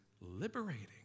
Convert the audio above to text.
liberating